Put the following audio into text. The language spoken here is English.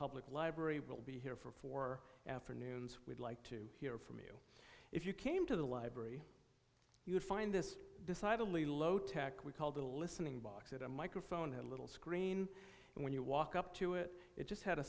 public library will be here for four afternoons we'd like to hear from you if you came to the library you would find this decidedly low tech we called the listening box it a microphone had a little screen and when you walk up to it it just had a